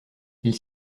ils